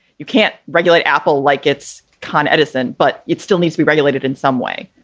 you can't regulate apple like it's con edison, but it still needs to be regulated in some way.